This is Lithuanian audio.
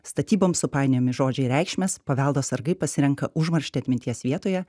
statybom supainiojami žodžiai ir reikšmės paveldo sargai pasirenka užmarštį atminties vietoje